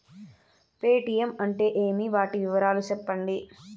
Paytm అంటే ఏమి, వాటి వివరాలు సెప్పండి?